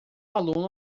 aluno